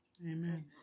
Amen